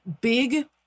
Big